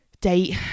date